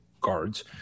guards